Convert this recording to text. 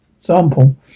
example